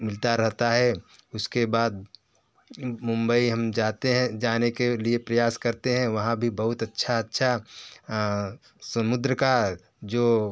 मिलता रहता है उसके बाद मुंबई हम जाते हैं जाने के लिए प्रयास करते हैं वहाँ भी बहुत अच्छा अच्छा समुद्र का जो